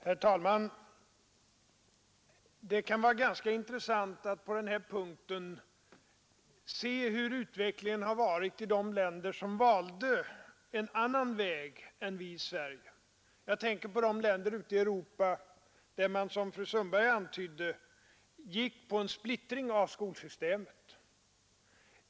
Herr talman! Det kan vara ganska intressant att på den här punkten se hur utvecklingen har varit i de länder som valde en annan väg än vi i Sverige; jag tänker på de länder ute i Europa där man, som fru Sundberg antydde, gick på en splittring av skolsystemet.